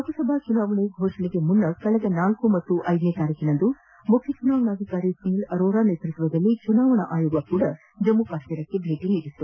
ಲೋಕಸಭಾ ಚುನಾವಣೆ ಫೋಷಣೆಗೆ ಮುನ್ನ ಕಳೆದ ನಾಲ್ಕು ಮತ್ತು ಐದರಂದು ಮುಖ್ಯ ಚುನಾವಣಾಧಿಕಾರಿ ಸುನಿಲ್ ಅರೋರಾ ನೇತೃತ್ವದಲ್ಲಿ ಚುನಾವಣಾ ಆಯೋಗ ಜಮ್ಮು ಕಾಶ್ಮೀರಕ್ಕೆ ಭೇಟಿ ನೀಡಿತ್ತು